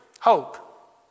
hope